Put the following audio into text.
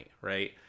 right